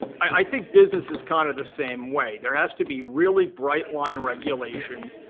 i think business is kind of the same way. there has to be really bright line regulations.